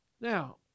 Now